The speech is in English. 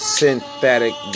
synthetic